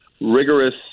rigorous